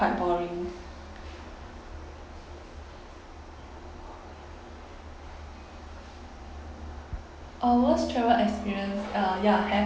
quite boring uh worst travel experience uh ya have